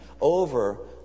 over